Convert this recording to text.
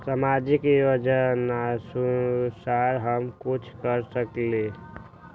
सामाजिक योजनानुसार हम कुछ कर सकील?